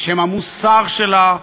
בשם המוסר שלה,